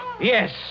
Yes